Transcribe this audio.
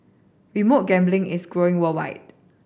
remote gambling is growing worldwide